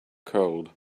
cold